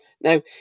Now